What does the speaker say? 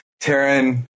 taryn